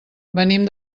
venim